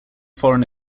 foreign